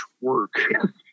work